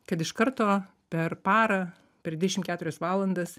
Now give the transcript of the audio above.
kad iš karto per parą per dvidešim keturias valandas